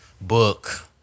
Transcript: book